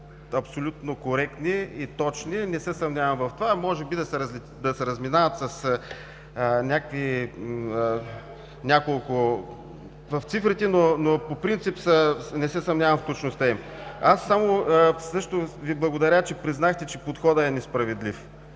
абсолютно коректни и точни. Може би се разминават в цифрите, но по принцип не се съмнявам в точността им. Също Ви благодаря, че признахте, че подходът е несправедлив.